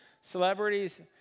celebrities